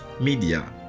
media